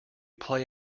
play